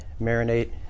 marinate